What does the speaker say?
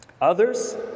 Others